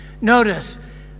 notice